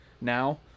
now